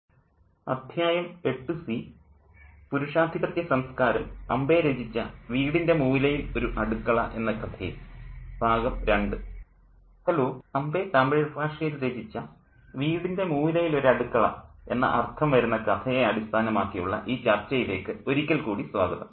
സൂചക പദങ്ങൾ വീടിൻ്റെ മൂലയിൽ ഒരു അടുക്കള A Kitchen in the Corner of the House പുരുഷാധിപത്യ സംസ്കാരം ഹലോ അംബൈ തമിഴ് ഭാഷയിൽ രചിച്ച വീടിൻ്റെ മൂലയിൽ ഒരു അടുക്കള എന്ന അർത്ഥം വരുന്ന കഥയെ അടിസ്ഥാനമാക്കിയുള്ള ഈ ചർച്ചയിലേക്ക് ഒരിക്കൽ കൂടി സ്വാഗതം